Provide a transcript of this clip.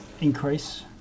increase